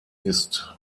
ist